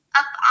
up